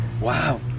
wow